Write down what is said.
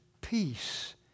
peace